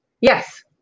Yes